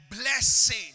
blessing